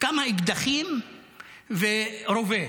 כמה אקדחים ורובה.